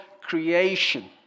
creation